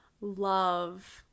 love